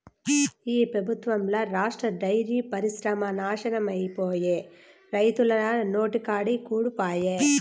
ఈ పెబుత్వంల రాష్ట్ర డైరీ పరిశ్రమ నాశనమైపాయే, రైతన్నల నోటికాడి కూడు పాయె